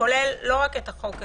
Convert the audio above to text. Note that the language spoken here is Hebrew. שכולל לא רק את החוק הזה,